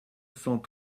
cent